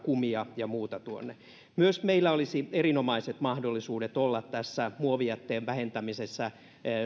kumia ja muuta myös meillä olisi erinomaiset mahdollisuudet olla tässä muovijätteen vähentämisessä